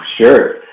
sure